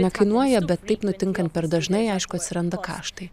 nekainuoja bet taip nutinkant per dažnai aišku atsiranda kaštai